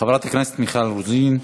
חברת הכנסת מיכל רוזין.